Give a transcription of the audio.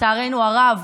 לצערנו הרב,